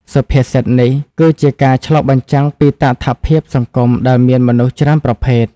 សុភាសិតនេះគឺជាការឆ្លុះបញ្ចាំងពីតថភាពសង្គមដែលមានមនុស្សច្រើនប្រភេទ។